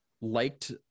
liked